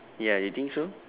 ya you think so